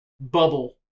bubble